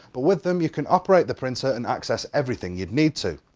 but with them you can operate the printer and access everything you'd need to.